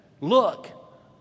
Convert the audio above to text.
look